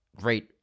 great